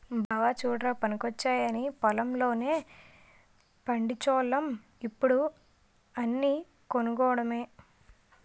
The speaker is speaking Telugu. బావా చుడ్రా పనికొచ్చేయన్నీ పొలం లోనే పండిచోల్లం ఇప్పుడు అన్నీ కొనుక్కోడమే